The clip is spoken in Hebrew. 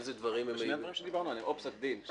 איזה דברים הם --- שני הדברים שדיברנו עליהם או פסק דין,